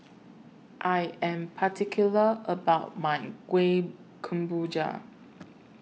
I Am particular about My Kueh Kemboja